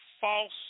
false